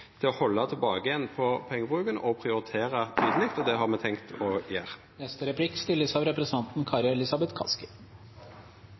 å halda tilbake på pengebruken og prioritera tydeleg, og det har me tenkt å